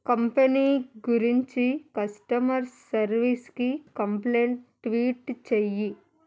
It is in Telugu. కంపెనీ గురించి కస్టమర్ సర్వీస్కి కంప్లేయింట్ ట్వీట్ చెయ్యి